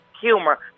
humor